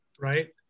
Right